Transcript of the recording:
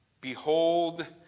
Behold